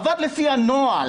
עבד לפי הנוהל,